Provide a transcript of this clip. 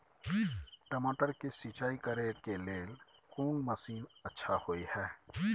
टमाटर के सिंचाई करे के लेल कोन मसीन अच्छा होय है